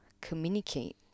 communicate